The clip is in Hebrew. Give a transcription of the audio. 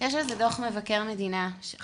יש על זה דוח מבקר מדינה חדש,